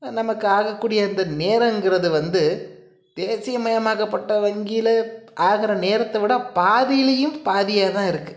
நமக்கு ஆகக்கூடிய அந்த நேரம்கிறது வந்து தேசியமயமாக்கப்பட்ட வங்கியில் ஆகுற நேரத்தை விட பாதிலியும் பாதியாக தான் இருக்குது